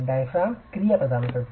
diaphragm क्रिया प्रदान करते